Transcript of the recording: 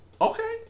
okay